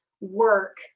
work